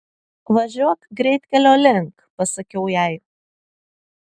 važiuok greitkelio link pasakiau jai